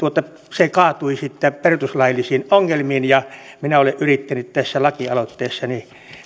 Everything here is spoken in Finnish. se kaatui sitten perustuslaillisiin ongelmiin ja minä olen yrittänyt tässä lakialoitteessani